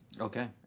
okay